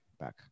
Back